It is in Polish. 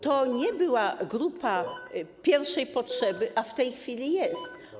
To nie była grupa pierwszej potrzeby, ale w tej chwili jest.